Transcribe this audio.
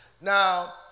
Now